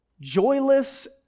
joyless